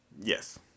Yes